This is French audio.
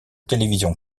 télévision